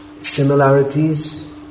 similarities